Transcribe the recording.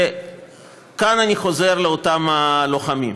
כאן אני חוזר לאותם הלוחמים.